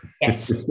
Yes